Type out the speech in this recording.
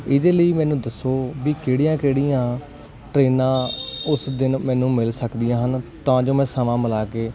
ਇਹਦੇ ਲਈ ਮੈਨੂੰ ਦੱਸੋ ਵੀ ਕਿਹੜੀਆਂ ਕਿਹੜੀਆਂ ਟ੍ਰੇਨਾਂ ਉਸ ਦਿਨ ਮੈਨੂੰ ਮਿਲ ਸਕਦੀਆਂ ਹਨ ਤਾਂ ਜੋ ਮੈਂ ਸਮਾਂ ਮਿਲਾ ਕੇ